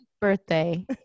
birthday